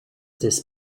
this